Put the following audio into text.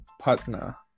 partner